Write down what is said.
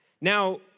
Now